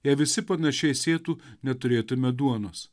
jei visi panašiai sėtų neturėtume duonos